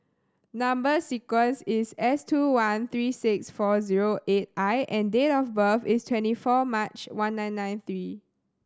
number sequence is S two one three six four zero eight I and date of birth is twenty four March one nine nine three